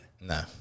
No